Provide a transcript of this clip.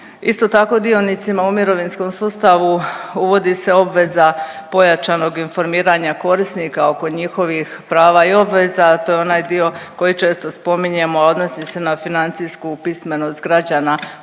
Isto tako dionicima u mirovinskom sustavu uvodi se obveza pojačanog informiranja korisnika oko njihovih prava i obveza. To je onaj dio koji često spominjemo, a odnosi se na financijsku pismenost građana po pitanju